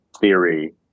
theory